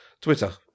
Twitter